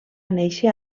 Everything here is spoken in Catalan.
néixer